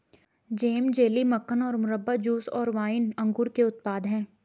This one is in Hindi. जैम, जेली, मक्खन और मुरब्बा, जूस और वाइन अंगूर के उत्पाद हैं